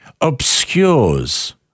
obscures